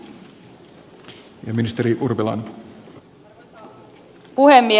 arvoisa puhemies